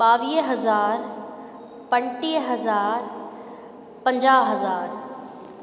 ॿावीह हज़ार पंटीह हज़ार पंजाह हज़ार